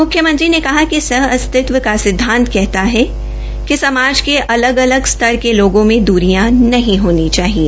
मुख्यमंत्री ने कहा कि सह अस्तित्व का सिद्धांत कहता है कि समाज के अलग अलग स्तर के लोगों में द्रियां नहीं होनी चाहिए